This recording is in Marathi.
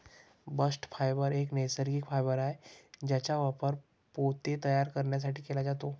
बस्ट फायबर एक नैसर्गिक फायबर आहे ज्याचा वापर पोते तयार करण्यासाठी केला जातो